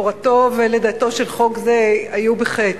הורתו ולידתו של חוק זה היו בחטא.